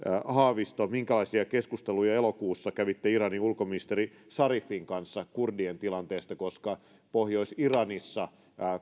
haavisto minkälaisia keskusteluja elokuussa kävitte iranin ulkoministeri zarifin kanssa kurdien tilanteesta koska pohjois iranissa